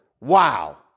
wow